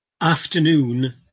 afternoon